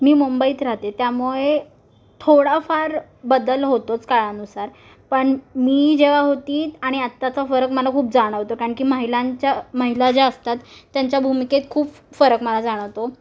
मी मुंबईत राहते त्यामुळे थोडाफार बदल होतोच काळानुसार पण मी जेव्हा होती आणि आत्ताचा फरक मला खूप जाणवतो कारण की महिलांच्या महिला ज्या असतात त्यांच्या भूमिकेत खूप फरक मला जाणवतो